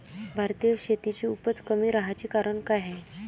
भारतीय शेतीची उपज कमी राहाची कारन का हाय?